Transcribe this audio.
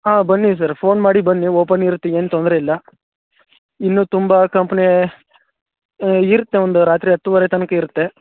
ಆಂ ಬನ್ನಿ sir phone ಮಾಡಿ ಬನ್ನಿ ಓಪನ್ ಇರುತ್ತೆ ಏನು ತೊಂದರೆ ಇಲ್ಲ ಇನ್ನೂ ತುಂಬ ಕಂಪ್ನೀ ಇರುತ್ತೆ ಒಂದು ರಾತ್ರಿ ಹತ್ತೂವರೆ ತನಕ ಇರುತ್ತೆ